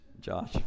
Josh